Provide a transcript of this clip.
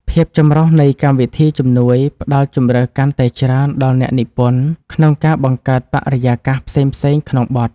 ភាពចម្រុះនៃកម្មវិធីជំនួយផ្ដល់ជម្រើសកាន់តែច្រើនដល់អ្នកនិពន្ធក្នុងការបង្កើតបរិយាកាសផ្សេងៗក្នុងបទ។